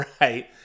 right